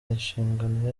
inshingano